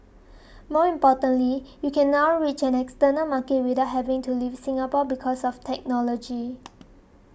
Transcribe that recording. more importantly you can now reach an external market without having to leave Singapore because of technology